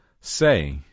Say